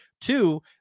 Two